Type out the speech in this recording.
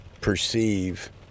perceive